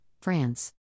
France